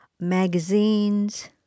magazines